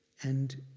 and